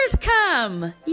come